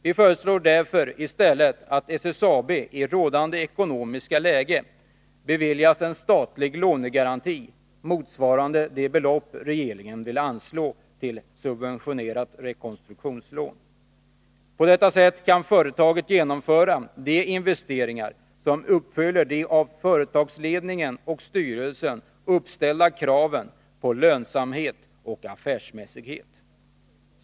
Vi föreslår därför i stället att SSAB i rådande ekonomiska läge beviljas en statlig lånegaranti motsvarande det belopp regeringen vill anslå till subventionerat rekonstruktionslån. På detta sätt kan företaget genomföra de investeringar som uppfyller de av företagsledningen och styrelsen uppställda kraven på lönsamhet och affärsmässighet.